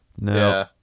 No